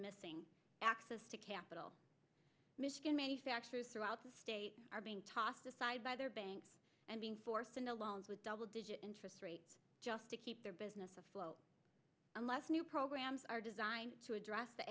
missing access to capital michigan manufacturers throughout the state are being tossed aside by their banks and being forced into loans with double digit interest rates just to keep their business afloat unless new programs are designed to address the